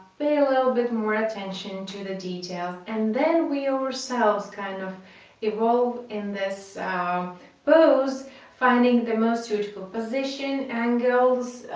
pay a little bit more attention to the details and then we ourselves kind of evolved in this pose finding the most suitable position and angles,